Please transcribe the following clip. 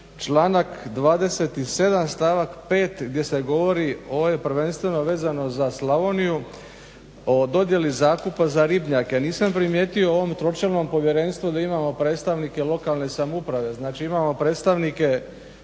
članak 27. stavak 5. gdje se govori ovdje prvenstveno vezano za Slavoniju, o dodjeli zakupa za ribnjake. Nisam primijetio u ovom tročlanom povjerenstvu da imamo predstavnike lokalne samouprave, znači imamo predstavnike